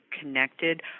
connected